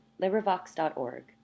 Librivox.org